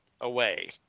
away